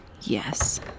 Yes